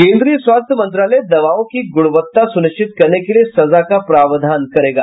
केंद्रीय स्वास्थ्य मंत्रालय दवाओं की गुणवत्ता सुनिश्चित करने के लिये सजा का प्रावधान करेगी